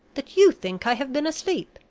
that you think i have been asleep.